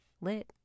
Lit